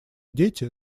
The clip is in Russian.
дети